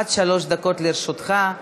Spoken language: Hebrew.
עד שלוש דקות לרשותך.